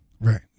Right